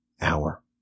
hour